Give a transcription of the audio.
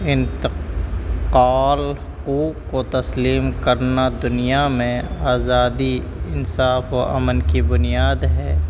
انتقال حقوق کو تسلیم کرنا دنیا میں آزادی انصاف و امن کی بنیاد ہے